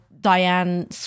Diane